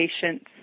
patient's